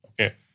Okay